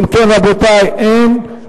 ג'מאל זחאלקה.